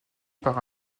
par